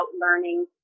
learning